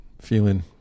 feeling